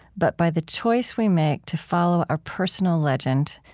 but by the choice we make to follow our personal legend,